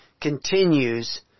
continues